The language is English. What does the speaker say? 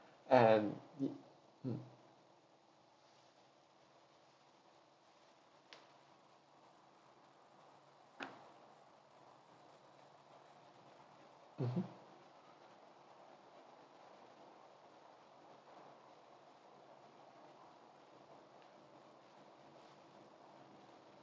and the mm mmhmm